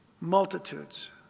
multitudes